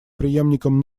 преемником